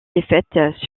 défaite